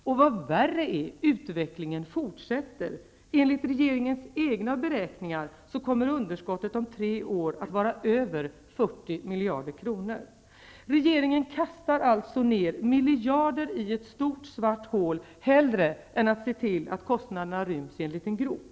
Och vad värre är -- utvecklingen fortsätter. Enligt regeringens egna beräkningar kommer underskottet om tre år att vara över 40 miljarder kronor. Regeringen kastar alltså ner miljarder i ett stort svart hål, hellre än att se till att kostnaderna ryms i en liten grop.